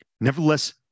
Nevertheless